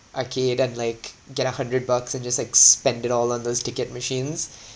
arcade then like get a hundred bucks and just like spend it all on those ticket machines